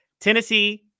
Tennessee